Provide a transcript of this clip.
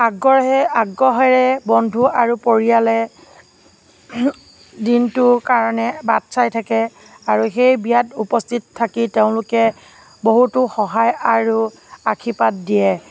আগ্হেৰে আগ্ৰহেৰে বন্ধু আৰু পৰিয়ালে দিনটোৰ কাৰণে বাট চাই থাকে আৰু সেই বিয়াত উপস্থিত থাকি তেওঁলোকে বহুতো সহায় আৰু আশীৰ্বাদ দিয়ে